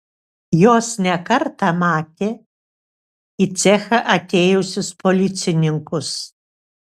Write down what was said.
jos ne kartą matė į cechą atėjusius policininkus